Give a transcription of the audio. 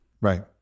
Right